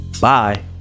Bye